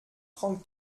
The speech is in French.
trente